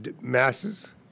masses